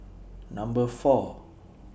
Number four